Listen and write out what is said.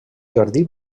jardí